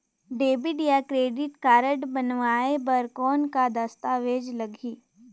Debit या credit card बनवाय बर कौन का दस्तावेज लगही?